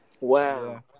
wow